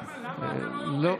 לא.